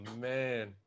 man